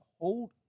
hold